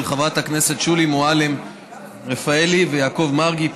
של חברת הכנסת שולי מועלם-רפאלי ויעקב מרגי,